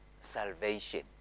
salvation